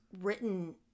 written